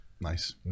Nice